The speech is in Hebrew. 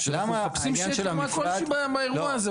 שאנחנו מחפשים שיהיה --- כלשהו באירוע הזה.